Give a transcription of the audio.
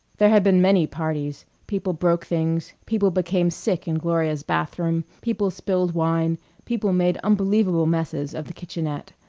there had been many parties people broke things people became sick in gloria's bathroom people spilled wine people made unbelievable messes of the kitchenette.